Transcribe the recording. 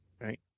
Right